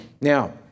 now